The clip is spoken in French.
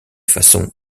façon